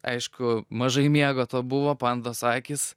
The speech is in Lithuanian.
aišku mažai miego to buvo pandos akys